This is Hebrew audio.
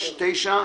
בסעיף 9?